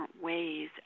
ways